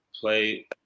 play